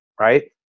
Right